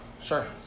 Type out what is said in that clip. Sure